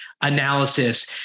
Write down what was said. analysis